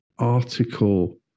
article